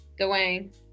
Dwayne